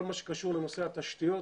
כל מה שקשור לנושא התשתיות